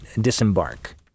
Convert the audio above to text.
disembark